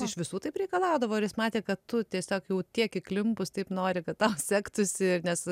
iš visų taip reikalaudavo ar jis matė kad tu tiesiog jau tiek įklimpus taip nori kad tau sektųsi ir nes